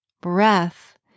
breath